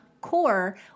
core